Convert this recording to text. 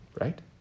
right